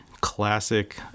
classic